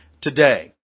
today